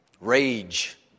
Rage